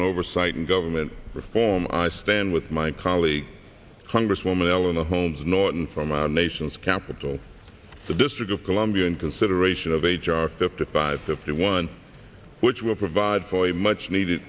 on oversight and government reform stand with my colleague congresswoman eleanor holmes norton from our nation's capital the district of columbia in consideration of h r fifty five fifty one which will provide for a much needed